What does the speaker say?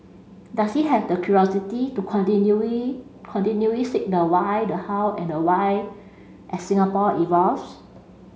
does he have the curiosity to continually continually seek the why the how and the why as Singapore evolves